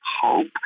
hope